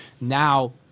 now